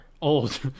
Old